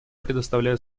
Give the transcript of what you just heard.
предоставляю